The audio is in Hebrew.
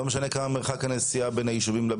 ללא קשר למרחק הנסיעה אליהם מהיישובים?